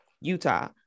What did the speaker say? Utah